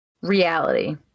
reality